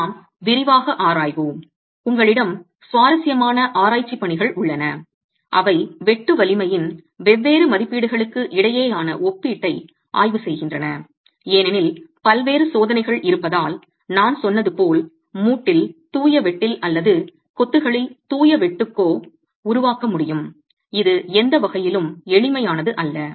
நாம் விரிவாக ஆராய்வோம் உங்களிடம் சுவாரசியமான ஆராய்ச்சிப் பணிகள் உள்ளன அவை வெட்டு வலிமையின் வெவ்வேறு மதிப்பீடுகளுக்கு இடையேயான ஒப்பீட்டை ஆய்வு செய்கின்றன ஏனெனில் பல்வேறு சோதனைகள் இருப்பதால் நான் சொன்னது போல் மூட்டில் தூய வெட்டில் அல்லது கொத்துகளில் தூய வெட்டுக்கோ உருவாக்க முடியும் இது எந்த வகையிலும் எளிமையானது அல்ல